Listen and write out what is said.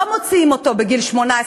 לא מוציאים אותו בגיל 18,